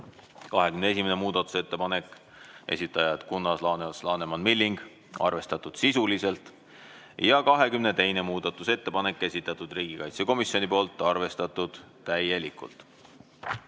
21. muudatusettepanek, esitajad Kunnas, Laaneots, Laneman ja Milling, arvestatud sisuliselt. Ja 22. muudatusettepanek, esitanud riigikaitsekomisjon, arvestatud täielikult.